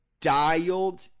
dialed